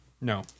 No